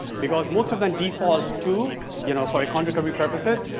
because most of them default to you know for a contrary purposes,